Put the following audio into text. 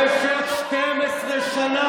במשך 12 שנה,